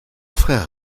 frère